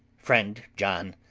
friend john,